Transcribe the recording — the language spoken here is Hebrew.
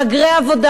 מהגרי עבודה.